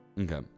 Okay